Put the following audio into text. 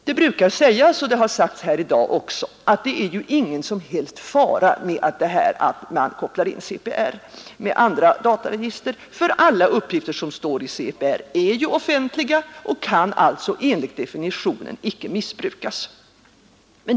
Det brukar sägas, och det har sagts här i dag också, att det absolut inte är någon fara med att man kopplar in CPR i andra dataregister, ty uppgifter som finns i CPR är ju offentliga och kan alltså enligt definitionen icke missbrukas.